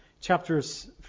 chapters